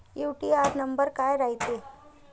UTR number काय रायते?